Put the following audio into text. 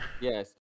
Yes